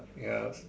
ya